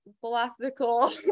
philosophical